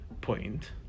point